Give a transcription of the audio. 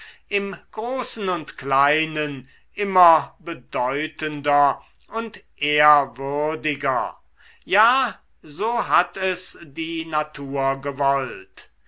im großen und kleinen immer bedeutender und ehrwürdiger ja so hat es die natur gewollt